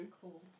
Cool